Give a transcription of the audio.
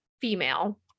female